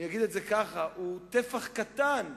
נגיד את זה ככה, טפח קטן,